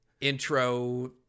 intro